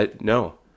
No